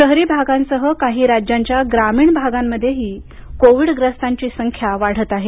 शहरी भागांसह काही राज्यांच्या ग्रामीण भागांमध्येही कोविडग्रस्तांची संख्या वाढत आहे